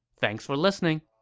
thanks for listening!